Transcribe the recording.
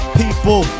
people